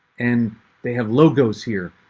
and they have logos here.